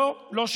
לא, לא שכנעתי,